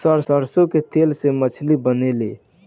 सरसों के तेल से मछली बनेले